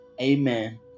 Amen